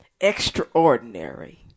extraordinary